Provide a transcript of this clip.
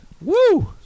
Woo